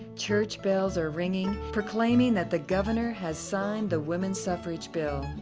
church bells are ringing proclaiming that the governor has signed the women's suffrage bill.